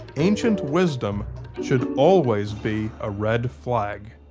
ancient wisdom should always be a red flag.